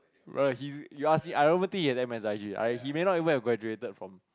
brother he you ask me I don't think he have M_S_I_G he may not even have graduated from